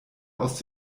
aus